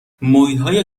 محیطهای